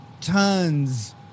tons